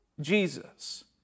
Jesus